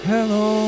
Hello